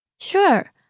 Sure